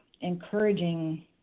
encouraging